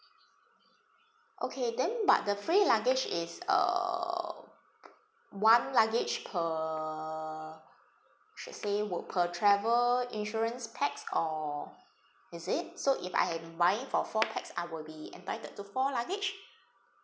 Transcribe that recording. okay then but the free luggage is uh one luggage per should say were per travel insurance pax or is it so if I have mine for four pax I will be entitled to four luggage